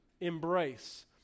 embrace